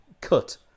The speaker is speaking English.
cut